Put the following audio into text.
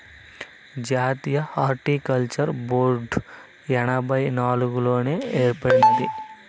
జాతీయ horticulture board ఎనభై నాలుగుల్లోనే ఏర్పాటైనాది